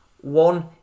one